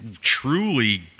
truly